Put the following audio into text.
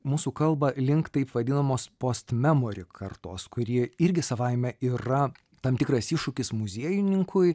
mūsų kalbą link taip vadinamos postmemori kartos kuri irgi savaime yra tam tikras iššūkis muziejininkui